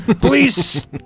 Please